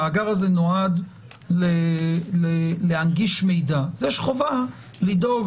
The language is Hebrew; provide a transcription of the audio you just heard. המאגר הזה נועד להנגיש מידע אז יש חובה לדאוג,